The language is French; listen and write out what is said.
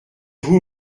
vous